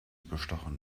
bestochen